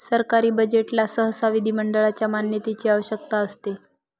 सरकारी बजेटला सहसा विधिमंडळाच्या मान्यतेची आवश्यकता असते